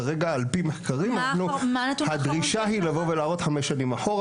כרגע על פי מחקרים הדרישה היא לבוא ולהראות חמש שנים אחורה